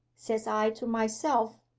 says i to myself,